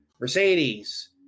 Mercedes